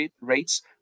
rates